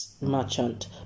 merchant